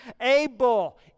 abel